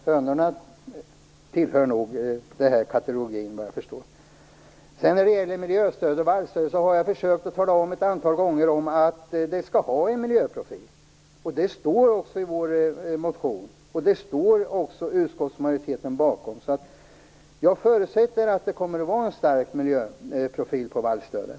Hönorna tillhör nog den aktuella kategorin vad jag förstår. När det gäller miljöstöd och vallstöd har jag försökt att tala om ett antal gånger att det skall ha en miljöprofil. Det står i vår motion, och det står utskottsmajoriteten bakom. Jag förutsätter att det kommer att vara en stark miljöprofil på vallstödet.